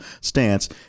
stance